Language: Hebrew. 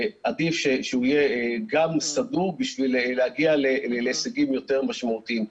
עדיף שהוא יהיה גם סדור בשביל להגיע להישגים יותר משמעותיים.